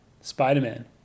Spider-Man